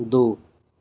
दो